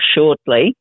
shortly